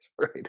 right